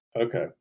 Okay